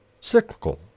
cyclical